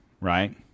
Right